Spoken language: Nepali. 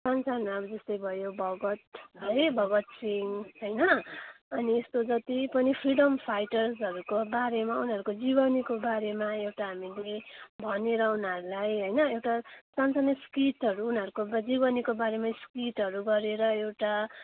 साना साना अब जस्तै भयो भगत है भगत सिंह हैन अनि यस्तो जति पनि फ्रिडम फाइटर्सहरूको बारेमा उनीहरूको जीवनीको बारेमा एउटा हामीले भनेर उनीहरूलाई हैन एउटा सानो सानो स्पिचहरू उनीहरूको जीवनीको बारेमा स्पिचहरू गरेर एउटा